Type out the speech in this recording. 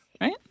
right